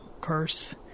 curse